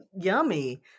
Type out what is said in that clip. yummy